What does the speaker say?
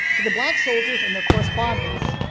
the black soldiers in their correspondence,